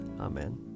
Amen